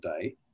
day